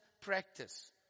practice